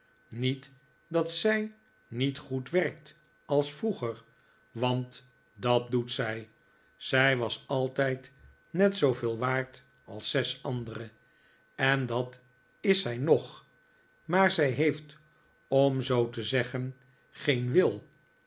niet dat zij niet zoo goed werkt als vroeger want dat doet zij zij was altijd net zooveel waard als zes andere en dat is zij nog maar zij heeft om zoo te zeggen geen wil